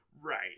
Right